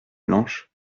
blanche